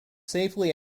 safely